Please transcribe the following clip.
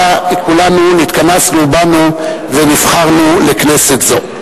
כולנו התכנסנו ובאנו ונבחרנו לכנסת זאת.